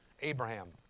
Abraham